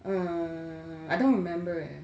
err I don't remember eh